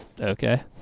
okay